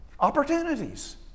opportunities